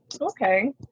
Okay